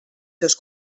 seus